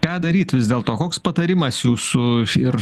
ką daryt vis dėlto koks patarimas jūsų ir